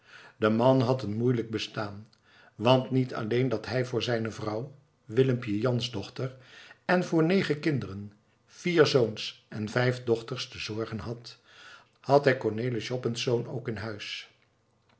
de man had een moeielijk bestaan want niet alleen dat hij voor zijne vrouw willempje jansdochter en voor negen kinderen vier zoons en vijf dochters te zorgen had had hij cornelis joppensz ook in huis